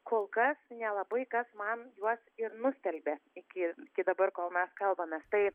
kol kas nelabai kas man juos ir nustelbė iki dabar kol mes kalbamės tai